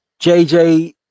jj